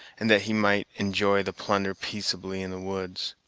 and that he might enjoy the plunder peaceably in the woods.